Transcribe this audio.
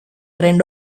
trend